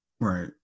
right